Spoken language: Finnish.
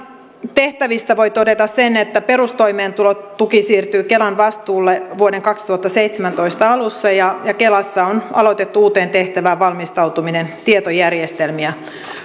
tehtävistä voi todeta sen että perustoimeentulotuki siirtyy kelan vastuulle vuoden kaksituhattaseitsemäntoista alussa ja kelassa on aloitettu uuteen tehtävään valmistautuminen tietojärjestelmiä